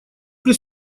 при